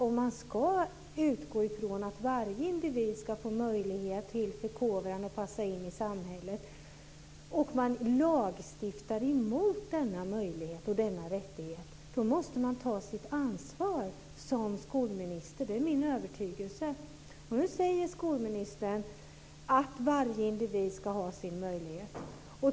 Om man utgår från att varje individ ska få möjlighet till förkovran och att passa in i samhället och sedan lagstiftar mot denna möjlighet och denna rättighet måste skolministern ta sitt ansvar. Det är min övertygelse. Nu säger skolministern att varje individ ska ha sin möjlighet.